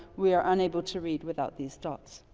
we are unable to read without these dots.